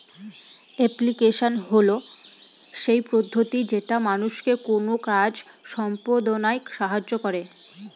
application হল সেই পদ্ধতি যেটা মানুষকে কোনো কাজ সম্পদনায় সাহায্য করে